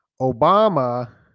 obama